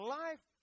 life